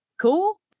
cool